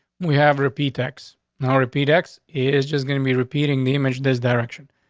we have repeat x now repeat x is just gonna be repeating the image, this direction,